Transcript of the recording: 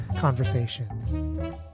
conversation